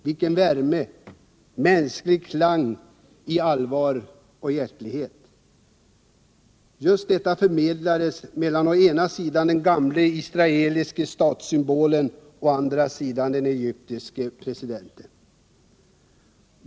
Vilken värme och mänsklig klang, i allvar och hjärtlighet, förmedlades inte just mellan å ena sidan den gamla israeliska ”statssymbolen” och å andra sidan den egyptiske presidenten.